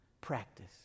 practice